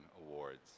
Awards